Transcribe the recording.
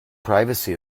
privacy